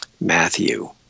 Matthew